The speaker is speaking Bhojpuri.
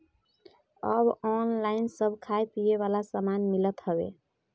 अब ऑनलाइन सब खाए पिए वाला सामान मिलत हवे